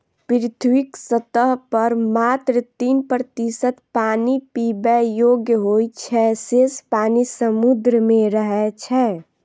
पृथ्वीक सतह पर मात्र तीन प्रतिशत पानि पीबै योग्य होइ छै, शेष पानि समुद्र मे रहै छै